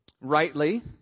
Rightly